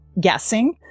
guessing